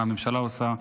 מה הממשלה עושה,